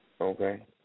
Okay